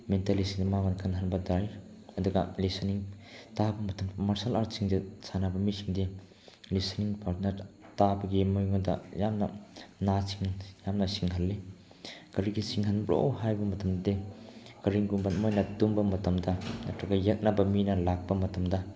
ꯃꯦꯟꯇꯦꯜꯂꯤꯁꯤꯅ ꯃꯉꯣꯟꯗ ꯀꯥꯅꯍꯟꯕ ꯇꯥꯏ ꯑꯗꯨꯒ ꯂꯤꯁꯤꯅꯤꯡ ꯇꯥꯕ ꯃꯇꯝ ꯃꯥꯔꯁꯦꯜ ꯑꯥꯔꯠꯁꯤꯡꯁꯤ ꯁꯥꯟꯅꯕ ꯃꯤꯁꯤꯡꯗꯤ ꯂꯤꯁꯤꯅꯤꯡ ꯄꯥꯔꯠꯅꯔꯗ ꯇꯥꯕꯒꯤ ꯃꯣꯏꯉꯣꯟꯗ ꯌꯥꯝꯅ ꯅꯥꯁꯤꯡ ꯌꯥꯝꯅ ꯁꯤꯡꯍꯜꯂꯤ ꯀꯔꯤꯒꯤ ꯁꯤꯡꯍꯟꯕ꯭ꯔꯣ ꯍꯥꯏꯕ ꯃꯇꯝꯗꯤ ꯀꯔꯤꯒꯨꯝꯕ ꯃꯣꯏꯅ ꯇꯨꯝꯕ ꯃꯇꯝꯗ ꯅꯠꯇ꯭ꯔꯒ ꯌꯦꯛꯅꯕ ꯃꯤꯅ ꯂꯥꯛꯄ ꯃꯇꯝꯗ